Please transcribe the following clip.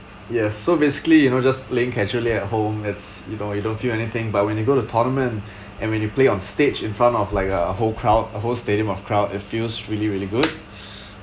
yes so basically you know just playing casually at home it's you know you don't feel anything but when you go to the tournament and when you play on stage in front of like a whole crowd a whole stadium of crowd it feels really really good